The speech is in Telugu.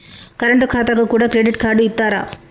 కరెంట్ ఖాతాకు కూడా క్రెడిట్ కార్డు ఇత్తరా?